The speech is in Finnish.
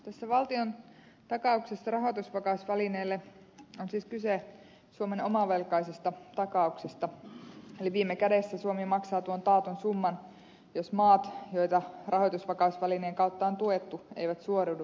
tässä valtiontakauksessa rahoitusvakausvälineelle on siis kyse suomen omavelkaisista takauksista eli viime kädessä suomi maksaa taatun summan jos maat joita rahoitusvakausvälineen kautta on tuettu eivät suoriudu velvollisuuksistaan